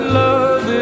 love